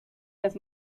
las